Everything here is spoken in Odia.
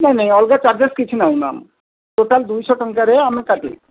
ନାଇଁ ନାଇଁ ଅଲଗା କିଛି ଚାର୍ଜେସ୍ ନାହିଁ ମ୍ୟାମ୍ ଟୋଟାଲ୍ ଦୁଇଶହ ଟଙ୍କାରେ ଆମେ କାଟିବୁ